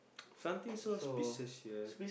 something so special here